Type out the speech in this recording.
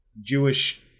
Jewish